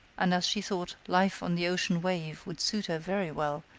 and as she thought life on the ocean wave would suit her very well,